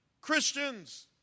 Christians